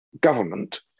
government